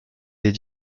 des